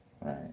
Right